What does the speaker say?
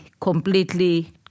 completely